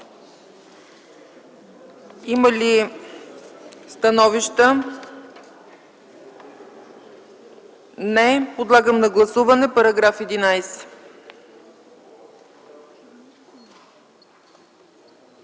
Има ли становища? – Не. Подлагам на гласуване § 11.